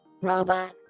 Robot